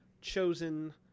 chosen